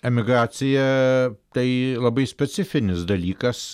emigracija tai labai specifinis dalykas